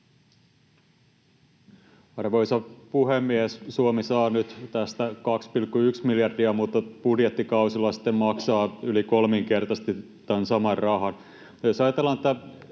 Arvoisa puhemies! Suomi saa nyt tästä 2,1 miljardia mutta budjettikausilla sitten maksaa yli kolminkertaisesti tämän saman rahan. Mutta jos ajatellaan tätä